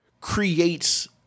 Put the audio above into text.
creates